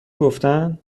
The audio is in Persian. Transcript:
گفتن